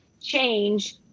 change